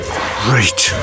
great